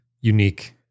unique